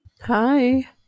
hi